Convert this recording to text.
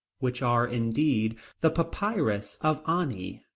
which are, indeed, the papyrus of ani,